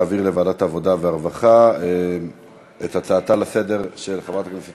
להעביר לוועדת העבודה והרווחה את הצעתה לסדר-היום של חברת הכנסת